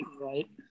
right